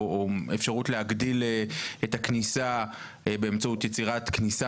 אפשרות להגדיל את הכניסה באמצעות יצירת כניסה